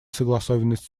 согласованность